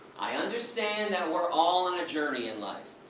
i understand that we are all on a journey in life.